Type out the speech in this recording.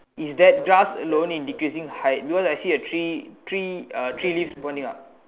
is that grass alone in decreasing height because I see three three three leaves pointing up